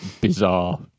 bizarre